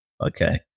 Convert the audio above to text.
okay